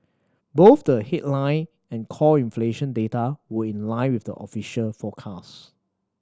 both the headline and core inflation data were in line with the official forecast